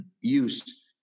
use